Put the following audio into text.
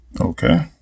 Okay